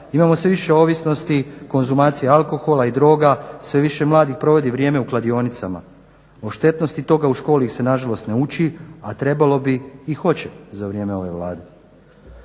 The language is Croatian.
Imamo sve više ovisnosti, konzumacije alkohola i droga, sve više mladih provodi vrijeme u kladionicama. O štetnosti toga u školi se nažalost ne uči, a trebalo bi i hoće za vrijeme ove Vlade.